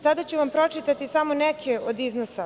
Sada ću vam pročitati samo neke od iznosa.